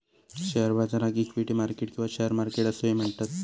share बाजाराक equity market किंवा share market असोही म्हणतत